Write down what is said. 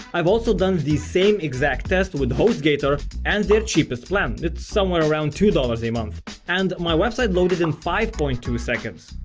i've also done the same exact test but with hostgator and their cheapest plan it's somewhere around two dollars a month and my website loaded in five point two seconds.